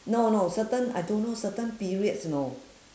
no no certain I don't know certain periods you know